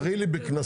תראי לי בקנסות.